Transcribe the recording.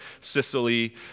Sicily